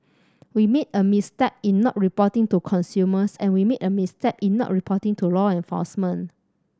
we made a misstep in not reporting to consumers and we made a misstep in not reporting to law enforcement